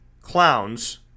clowns